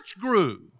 grew